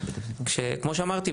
כמו שאמרתי,